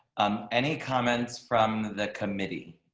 um any comments from the committee.